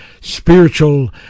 spiritual